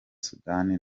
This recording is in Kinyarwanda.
sudan